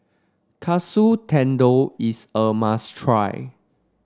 Katsu Tendon is a must try